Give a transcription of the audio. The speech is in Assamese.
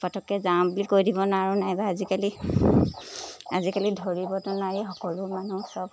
পটককৈ যাওঁ বুলি কৈ দিব নোৱাৰোঁ নাইবা আজিকালি আজিকালি ধৰিবতো নোৱাৰি সকলো মানুহক চব